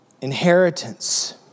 inheritance